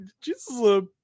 Jesus